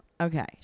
Okay